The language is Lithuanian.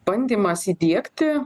bandymas įdiegti